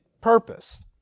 purpose